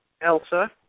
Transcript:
Elsa